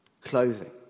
clothing